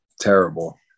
terrible